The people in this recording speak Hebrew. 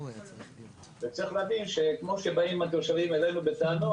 וצריך להבין שכמו שבאים התושבים אלינו בטענות,